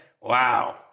Wow